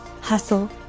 hustle